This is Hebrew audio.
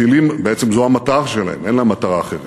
בעצם זו המטרה שלהם, אין להם מטרה אחרת.